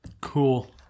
Cool